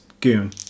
goon